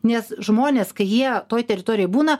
nes žmonės kai jie toj teritorijoj būna